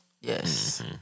Yes